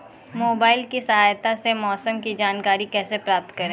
Mobile की सहायता से मौसम की जानकारी कैसे प्राप्त करें?